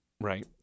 right